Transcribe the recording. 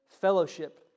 fellowship